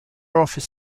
office